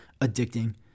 addicting